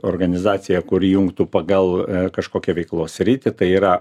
organizacija kuri jungtų pagal kažkokią veiklos sritį tai yra